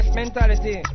mentality